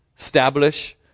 establish